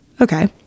Okay